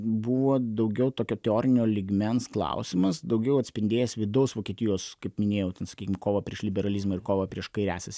buvo daugiau tokio teorinio lygmens klausimas daugiau atspindėjęs vidaus vokietijos kaip minėjau taip sakykim kovą prieš liberalizmą ir kovą prieš kairiąsias